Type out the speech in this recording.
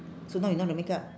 so now you know how to makeup